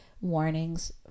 warnings